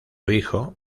hijo